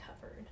covered